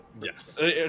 yes